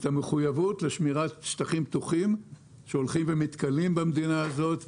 את המחויבות לשמירת שטחים פתוחים שהולכים ומתכלים במדינה הזאת.